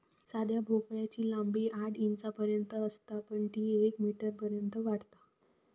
साध्या भोपळ्याची लांबी आठ इंचांपर्यंत असता पण ती येक मीटरपर्यंत वाढता